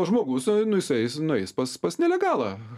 žmogus nu jisai eis nueis pas pas nelegalą